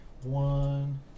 One